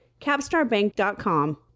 capstarbank.com